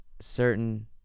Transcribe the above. certain